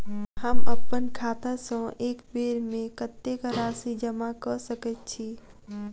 हम अप्पन खाता सँ एक बेर मे कत्तेक राशि जमा कऽ सकैत छी?